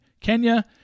Kenya